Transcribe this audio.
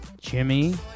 Jimmy